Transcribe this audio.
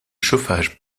chauffage